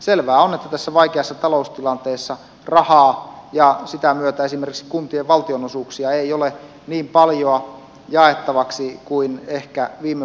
selvää on että tässä vaikeassa taloustilanteessa rahaa ja sitä myötä esimerkiksi kuntien valtionosuuksia ei ole niin paljoa jaettavaksi kuin mihin ehkä viime vuosina on totuttu